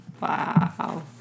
Wow